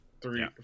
three